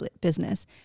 business